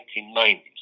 1990s